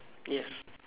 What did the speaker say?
yes